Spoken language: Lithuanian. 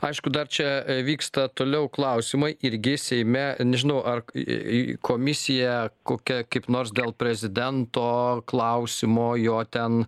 aišku dar čia vyksta toliau klausimai irgi seime nežinau komisija kokia kaip nors dėl prezidento klausimo jo ten